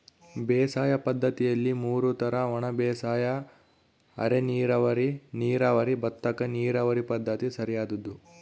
ಬೇಸಾಯ ಪದ್ದತಿಯಲ್ಲಿ ಮೂರು ತರ ಒಣಬೇಸಾಯ ಅರೆನೀರಾವರಿ ನೀರಾವರಿ ಭತ್ತಕ್ಕ ನೀರಾವರಿ ಪದ್ಧತಿ ಸರಿಯಾದ್ದು